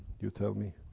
you tell me.